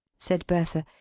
said bertha.